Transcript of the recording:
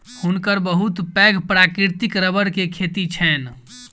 हुनकर बहुत पैघ प्राकृतिक रबड़ के खेत छैन